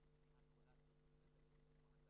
אנחנו מקיימים